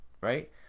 right